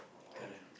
correct